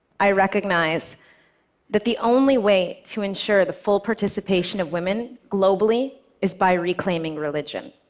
i recognize that the only way to ensure the full participation of women globally is by reclaiming religion.